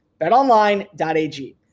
Betonline.ag